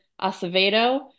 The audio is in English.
Acevedo